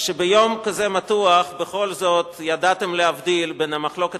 ביום כזה מתוח בכל זאת ידעתם להבדיל בין המחלוקת